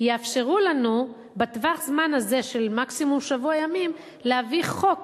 יאפשרו לנו בטווח הזמן הזה של מקסימום שבוע ימים להביא חוק